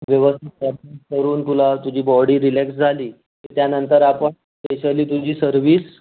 दिवसभर करून तुला तुझी बॉडी रिलॅक्स झाली की त्यानंतर आपण स्पेशली तुझी सर्विस